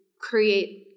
create